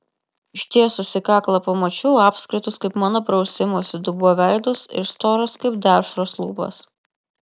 ištiesusi kaklą pamačiau apskritus kaip mano prausimosi dubuo veidus ir storas kaip dešros lūpas